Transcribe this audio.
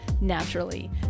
naturally